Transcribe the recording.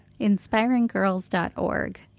Inspiringgirls.org